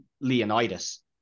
Leonidas